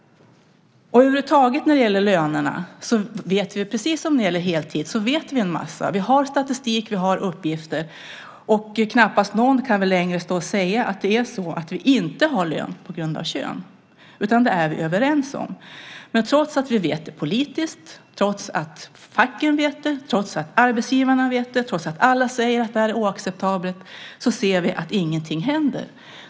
Vi vet en massa när det gäller lönerna, precis som när det gäller heltid. Vi har statistik och uppgifter. Knappast någon kan väl längre säga att vi inte har lön på grund av kön, utan det är vi överens om. Men trots att vi vet det politiskt, trots att facken vet det, trots att arbetsgivarna vet det och trots att alla säger att det är oacceptabelt, händer ingenting.